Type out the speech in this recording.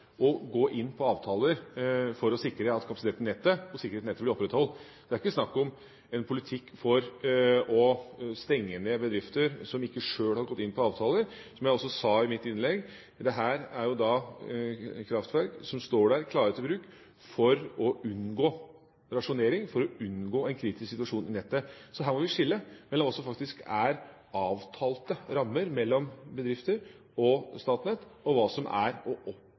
å gå inn på avtaler for å sikre at kapasiteten og sikkerheten i nettet blir opprettholdt. Det er ikke snakk om en politikk for å stenge ned bedrifter som ikke sjøl har gått inn på avtaler. Som jeg sa i mitt innlegg, er jo dette kraftverk som står klare til bruk for å unngå rasjonering og for å unngå en kritisk situasjon i nettet. Her må vi skille mellom hva som faktisk er avtalte rammer mellom bedrifter og Statnett, og